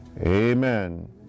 Amen